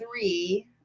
three